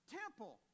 temple